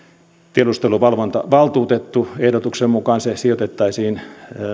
tiedusteluvalvontavaltuutettu ehdotuksen mukaan sijoitettaisiin